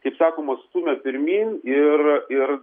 kaip sakoma stumia pirmyn ir ir